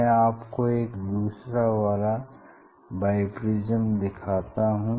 मैं आपको एक दूसरा वाला बाइप्रिज्म दिखाता हूँ